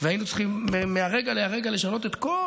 והיינו צריכים מהרגע להרגע לשנות את כל